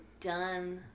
done